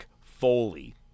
Foley